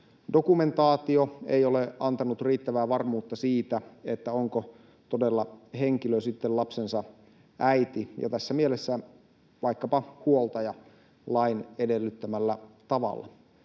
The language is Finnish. dokumentaatio ei ole antanut riittävää varmuutta siitä, onko todella henkilö sitten lapsensa äiti ja tässä mielessä vaikkapa huoltaja lain edellyttämällä tavalla.